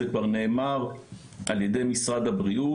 זה כבר נאמר על ידי משרד הבריאות,